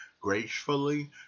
gracefully